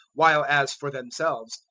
while as for themselves,